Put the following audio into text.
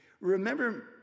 Remember